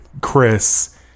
Chris